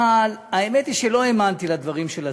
אבל האמת היא שלא האמנתי לדברים של עצמי,